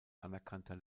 anerkannter